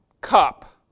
cup